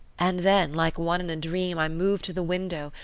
and then, like one in a dream, i moved to the window,